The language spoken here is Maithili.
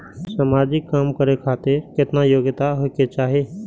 समाजिक काम करें खातिर केतना योग्यता होके चाही?